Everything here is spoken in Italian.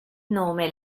nome